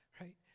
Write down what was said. right